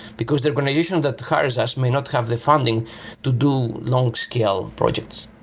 because the organization that hires us may not have the funding to do long scale projects,